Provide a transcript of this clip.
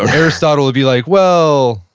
aristotle would be like, well,